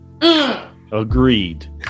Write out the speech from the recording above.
Agreed